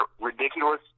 ridiculous